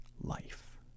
life